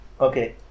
Okay